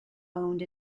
owned